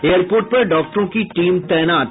airport पर डॉक्टरों की टीम तैनात